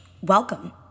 Welcome